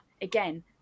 again